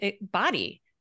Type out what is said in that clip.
body